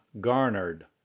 garnered